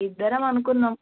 ఇద్దరం అనుకున్నాం